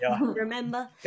Remember